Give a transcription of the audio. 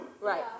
Right